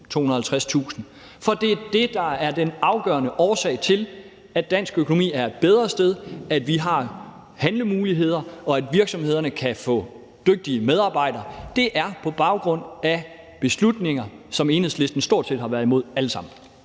250.000. For det er det, der er den afgørende årsag til, at dansk økonomi er et bedre sted, at vi har handlemuligheder, og at virksomhederne kan få dygtige medarbejdere. Det sker på baggrund af beslutninger, som Enhedslisten stort set har været imod alle sammen.